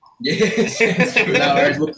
yes